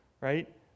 Right